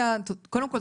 קודם כל,